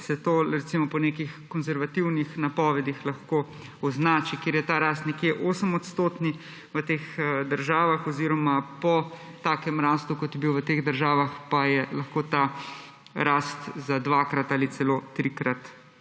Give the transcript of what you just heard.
to označi po nekih konservativnih napovedih, kjer je ta rast nekje 8-odstotna. V teh državah oziroma po taki rasti, kot je bila v teh državah, pa je lahko ta rast za dvakrat ali celo trikrat